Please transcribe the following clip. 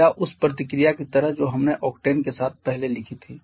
या उस प्रतिक्रिया की तरह जो हमने ओकटेन के साथ पहले लिखी थी